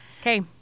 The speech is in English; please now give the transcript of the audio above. Okay